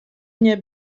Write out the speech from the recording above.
nie